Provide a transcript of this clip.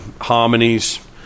harmonies